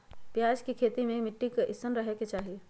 प्याज के खेती मे मिट्टी कैसन रहे के चाही?